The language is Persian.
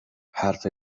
حرف